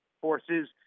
forces